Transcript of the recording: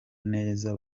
neza